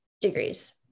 degrees